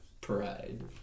pride